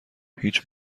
هیچ